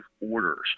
orders